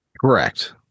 Correct